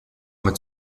mit